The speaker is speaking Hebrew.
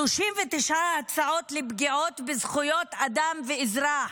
39 הצעות לפגיעה בזכויות אדם ואזרח.